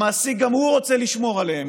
המעסיק גם הוא רוצה לשמור עליהם,